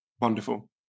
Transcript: Wonderful